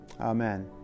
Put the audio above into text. Amen